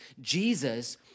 Jesus